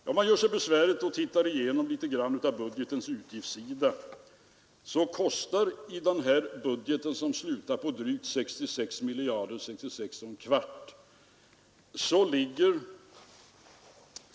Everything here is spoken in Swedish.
Gör man sig besväret att en smula titta igenom budgetens utgiftssida så kan man konstatera att den slutar på 66 1/4 miljard.